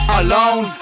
alone